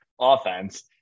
offense